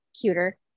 cuter